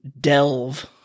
Delve